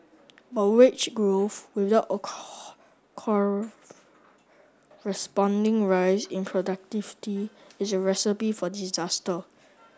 but wage growth without a corresponding rise in productivity is a recipe for disaster